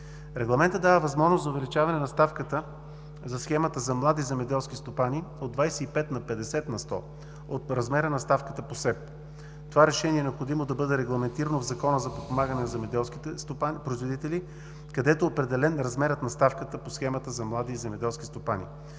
Регламентът дава възможност за увеличаване на ставката за схемата за млади земеделски стопани от 25 на 50 на сто от размера на ставката по СЕП. Това решение е необходимо да бъде регламентирано в Закона за подпомагане на земеделските производители, където е определен размерът на ставката по схемата за млади земеделски стопани.